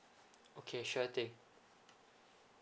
okay sure thing